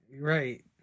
right